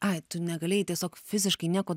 ai tu negalėjai tiesiog fiziškai nieko